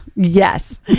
yes